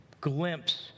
glimpse